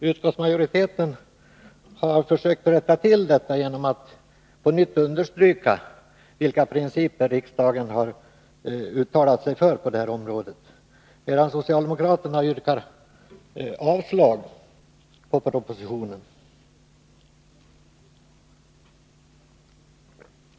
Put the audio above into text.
Utskottsmajoriteten har försökt att rätta till detta genom att på nytt understryka vilka principer riksdagen har uttalat sig för på detta område, under det att socialdemokraterna yrkar avslag på propositionen.